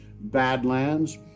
Badlands